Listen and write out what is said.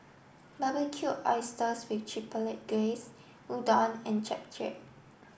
Barbecued Oysters with Chipotle Glaze Udon and Japchae